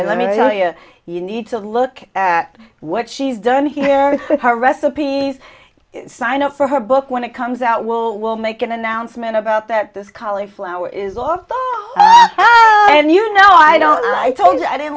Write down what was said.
and let me tell you you need to look at what she's done here with her recipes sign up for her book when it comes out well we'll make an announcement about that this cauliflower is off and you know i don't know i told her i don't